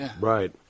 Right